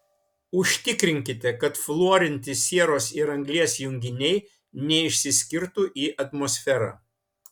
užtikrinkite kad fluorinti sieros ir anglies junginiai neišsiskirtų į atmosferą